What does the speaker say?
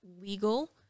legal